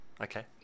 Okay